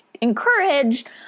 encouraged